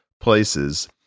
places